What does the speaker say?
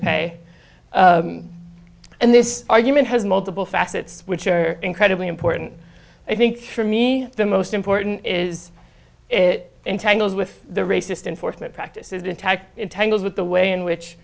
pay and this argument has multiple facets which are incredibly important i think for me the most important is it entangles with the racist enforcement practices attack in tangles with the way in which